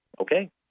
Okay